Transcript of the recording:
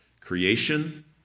Creation